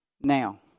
Now